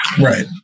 Right